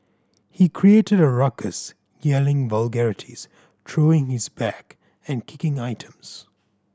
he created a ruckus yelling vulgarities throwing his bag and kicking items